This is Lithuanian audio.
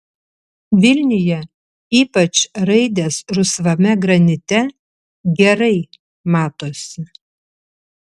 vilniuje ypač raidės rusvame granite gerai matosi